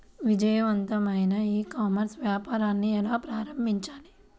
విజయవంతమైన e commerce వ్యాపారాన్ని ఎలా ప్రారంభించాలి?